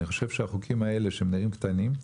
אני חושב שהחוקים האלה, שהם נראים קטנים,